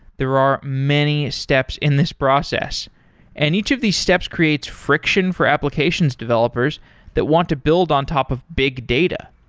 there are many steps in this process and each of these steps creates friction for applications developers that want to build on top of big data.